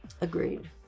Agreed